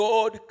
God